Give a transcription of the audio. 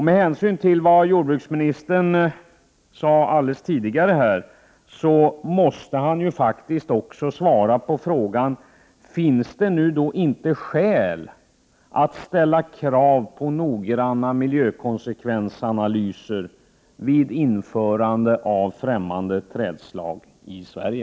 Med tanke på vad jordbruksministern sade tidigare här måste han faktiskt också svara på frågan om det inte nu finns skäl att ställa krav på noggranna miljökonsekvensanalyser vid införandet av främmande trädslag i Sverige.